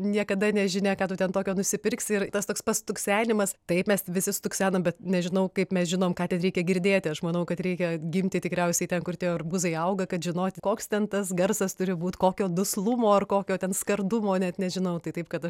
niekada nežinia ką tu ten tokio nusipirksi ir tas toks pat stuksenimas taip mes visi stuksenam bet nežinau kaip mes žinom ką ten reikia girdėti aš manau kad reikia gimti tikriausiai ten kur tie arbūzai auga kad žinoti koks ten tas garsas turi būt kokio duslumo ar kokio ten skardumo net nežinau tai taip kad